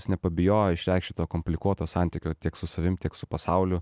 jis nepabijojo išreikšti to komplikuoto santykio tiek su savim tiek su pasauliu